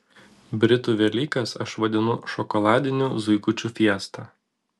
britų velykas aš vadinu šokoladinių zuikučių fiesta